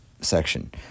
section